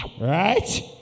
Right